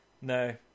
no